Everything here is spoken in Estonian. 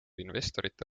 investorite